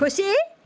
खुसी